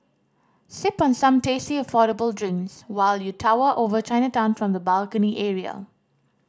sip on some tasty affordable drinks while you tower over Chinatown from the balcony area